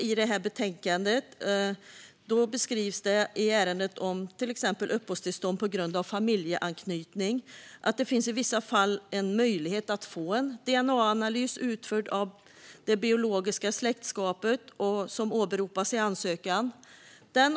I det här betänkandet beskrivs exempelvis att i ärenden om uppehållstillstånd på grund av familjeanknytning finns det i vissa fall en möjlighet att få en dna-analys utförd av det biologiska släktskap som åberopas i ansökan.